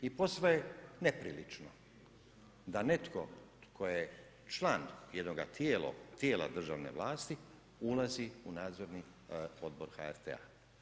I posve je neprilično da netko tko je član jednoga tijela državne vlasti ulazi u nadzorni odbor HRT-a.